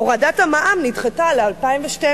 הורדת המע"מ נדחתה ל-2012.